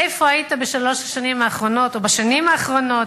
איפה היית בשלוש השנים האחרונות או בשנים האחרונות?